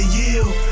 yield